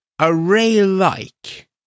array-like